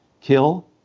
kill